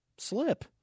slip